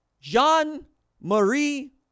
Jean-Marie